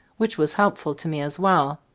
which was helpful to me as well.